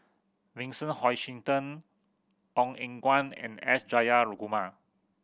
Vincent Hoisington Ong Eng Guan and S Jayakumar